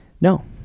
No